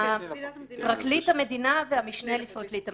לפרקליט המדינה והמשנה לפרקליט המדינה.